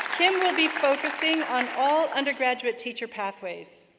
will be focusing on all undergraduate teacher pathways.